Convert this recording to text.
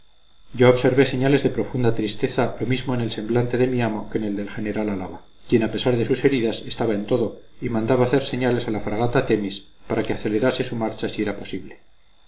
yo observé señales de profunda tristeza lo mismo en el semblante de mi amo que en el del general álava quien a pesar de sus heridas estaba en todo y mandaba hacer señales a la fragata themis para que acelerase su marcha si era posible